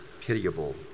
pitiable